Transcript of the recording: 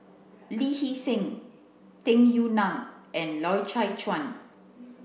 Lee Hee Seng Tung Yue Nang and Loy Chye Chuan